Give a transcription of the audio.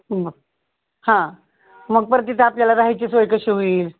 मग हां मग परत तिथं आपल्याला राहायची सोय कशी होईल